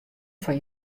fan